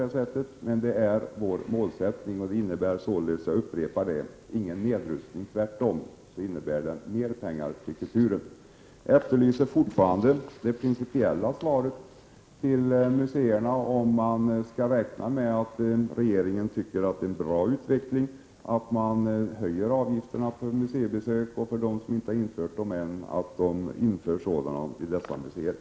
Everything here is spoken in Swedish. Vår målsättning är alltså 1 96 av statsutgifterna, och det innebär — jag upprepar det — ingen nedrustning utan tvärtom mer pengar till kulturen. Jag efterlyser fortfarande det principiella svaret till museerna beträffande om regeringen tycker att det är en bra utveckling att avgifterna för museibesök höjs respektive — för de museer som inte har infört några avgifter än — att avgifter införs.